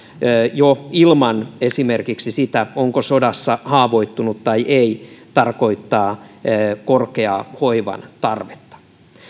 jo ilman esimerkiksi sitä onko sodassa haavoittunut vai ei tarkoittaa korkeaa hoivan tarvetta